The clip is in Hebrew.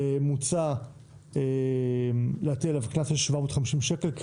מוצע להטיל עליו קנס של 750 שקל,